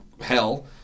hell